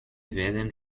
werden